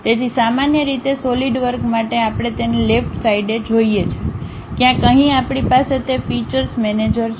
તેથી સામાન્ય રીતે સોલિડવર્ક માટે આપણે તેને લેફ્ટ સાઈડએ જોયે છે ક્યાંક અહીં આપણી પાસે તે ફીચૅસ મેનેજર છે